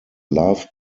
love